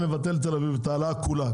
אנחנו נבטל בתל אביב את ההעלאה כולה,